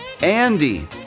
Andy